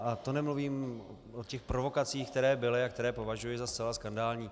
A to nemluvím o těch provokacích, které byly a které považuji za zcela skandální.